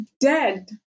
dead